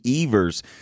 Evers